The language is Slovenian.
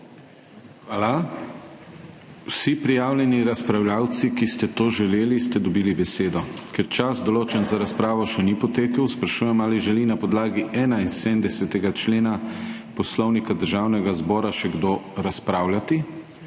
Hvala. Vsi prijavljeni, razpravljavci, ki ste to želeli, ste dobili besedo. Ker čas določen za razpravo še ni potekel, sprašujem ali želi na podlagi 71. člena Poslovnika Državnega zbora še kdo razpravljati?